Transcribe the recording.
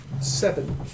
Seven